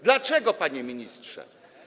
Dlaczego, panie ministrze?